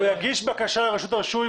הוא יגיש בקשה לרשות הרישוי,